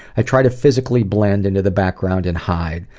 i try to physically blend into the background and hide.